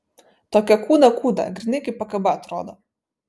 tokia kūda kūda grynai kaip pakaba atrodo